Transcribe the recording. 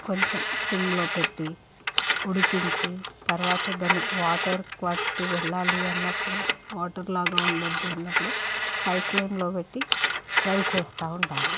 కొంచెం సిమ్లో పెట్టి ఉడికించి తరువాత దానికి వాటర్ క్వాంటిటీ వెళ్ళాలి అన్నప్పుడు వాటర్ లాగా ఉండద్దు అన్నప్పుడు హై ఫ్లేమ్లో పెట్టి ఫ్రై చేస్తూ ఉండాలి